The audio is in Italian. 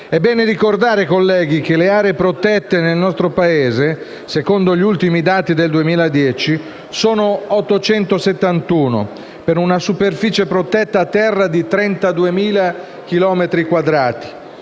È bene ricordare, colleghi, che le aree protette nel nostro Paese, secondo gli ultimi dati del 2010, sono 871, per una superficie protetta a terra di 32.000